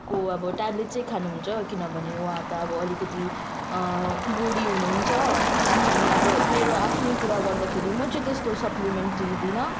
को अब ट्याब्लेट चाहिँ खानुहुन्छ किनभने उहाँ त अब अलिकति बुढी हुनुहुन्छ अनि अब मेरो आफ्नै कुरा गर्दाखेरि म चाहिँ त्यस्तो सप्लिमेन्ट लिदिनँ